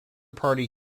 party